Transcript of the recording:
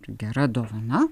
gera dovana